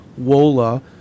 WOLA